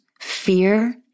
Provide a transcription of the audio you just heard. fear